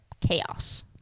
chaos